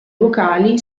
vocali